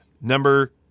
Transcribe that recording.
Number